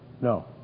No